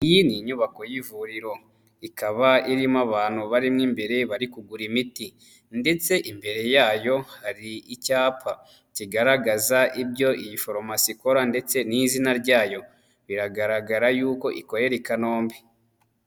Iyi ni nyubako y'ivuriro ikaba irimo abantu barimo imbere bari kugura imiti ndetse imbere yayo hari icyapa kigaragaza ibyo iyi foromasi ikora ndetse n'izina ryayo, biragaragara y'uko ikorera i Kanombe.